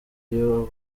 iyo